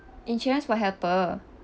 insurance for helper